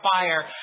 fire